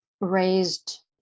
raised